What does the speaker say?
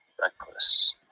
reckless